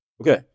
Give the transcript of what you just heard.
Okay